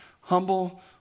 Humble